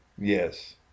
Yes